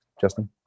justin